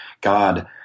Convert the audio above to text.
God